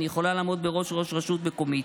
אני יכולה לעמוד בראש רשות מקומית.